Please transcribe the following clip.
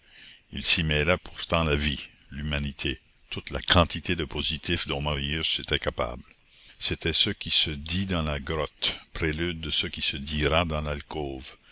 il s'y mêlait pourtant la vie l'humanité toute la quantité de positif dont marius était capable c'était ce qui se dit dans la grotte prélude de ce qui se dira dans l'alcôve